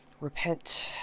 repent